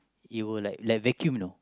it will like like vacuum you know